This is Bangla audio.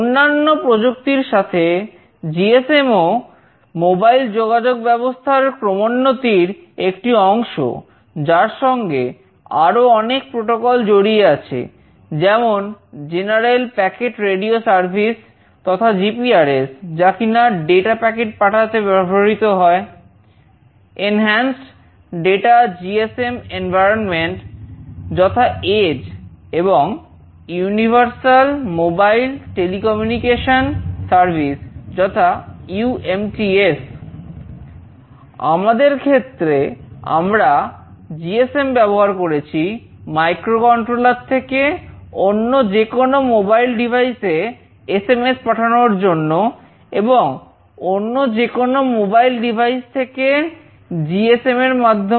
অন্যান্য প্রযুক্তির সাথে জিএসএম